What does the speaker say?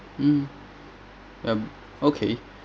mm uh okay